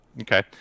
okay